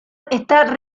está